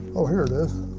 oh, here it is.